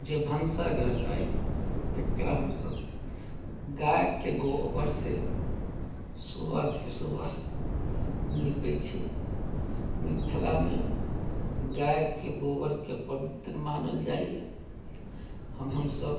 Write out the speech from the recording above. जे भनसाघर अइ तकरा हमसभ गाएके गोबरसँ सुबहके सुबह नीपैत छी मिथिलामे गाएके गोबरके पवित्र मानल जाइए हमसभ